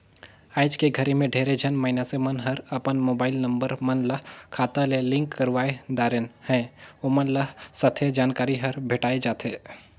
आइज के घरी मे ढेरे झन मइनसे मन हर अपन मुबाईल नंबर मन ल खाता ले लिंक करवाये दारेन है, ओमन ल सथे जानकारी हर भेंटाये जाथें